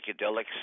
psychedelics